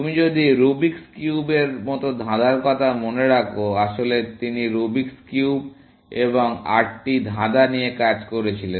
আপনি যদি রুবিক্স কিউবের মতো ধাঁধার কথা মনে রাখো আসলে তিনি রুবিক্স কিউব এবং আটটি ধাঁধা নিয়ে কাজ করছিলেন